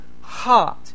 heart